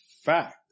fact